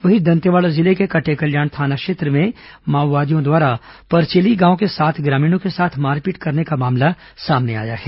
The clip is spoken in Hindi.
वहीं दंतेवाड़ा जिले के कटेकल्याण थाना क्षेत्र में माओवादियों द्वारा परचेली गांव के सात ग्रामीणों के साथ मारपीट करने का मामला सामने आया है